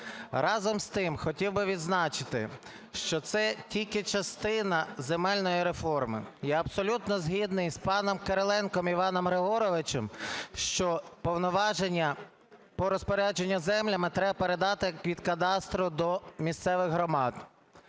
Разом з тим хотів би відзначити, що це тільки частина земельної реформи. Я абсолютно згідний з паном Кириленком Іваном Григоровичем, що повноваження по розпорядженню землями треба передати від кадастру до місцевих громад.